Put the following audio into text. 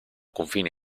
confine